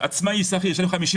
אין בעיה.